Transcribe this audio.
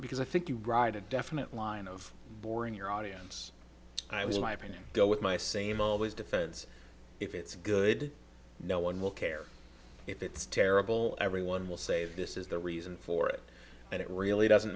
because i think you ride a definite line of boring your audience i was in my opinion go with my same always defends if it's good no one will care if it's terrible everyone will say this is the reason for it and it really doesn't